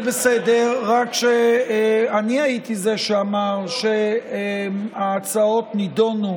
זה בסדר, רק שאני הייתי זה שאמר שההצעות נדונו